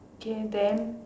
J band